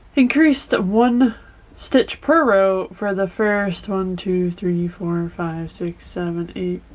increased one stitch per row for the first one, two, three, four, and five, six, seven, eight,